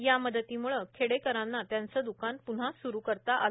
या मदतीम्ळे खेडेकरांना त्यांचं द्कान प्न्हा स्रु करता आलं